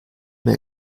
mehr